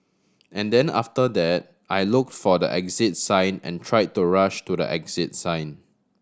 and then after that I looked for the exit sign and tried to rush to the exit sign